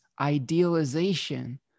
idealization